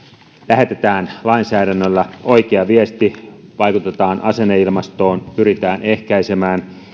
lähetetään lainsäädännöllä oikea viesti vaikutetaan asenneilmastoon pyritään ehkäisemään